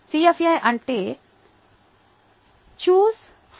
CFA అంటే choose focus analyse